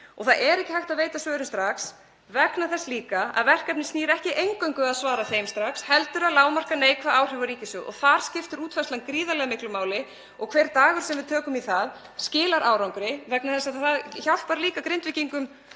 út. Það er ekki hægt að veita svörin strax vegna þess líka að verkefnið snýr ekki eingöngu að því að svara þeim strax (Forseti hringir.) heldur að lágmarka neikvæð áhrif á ríkissjóð og þar skiptir útfærslan gríðarlega miklu máli. Hver dagur sem við tökum í það skilar árangri vegna þess að það hjálpar líka Grindvíkingum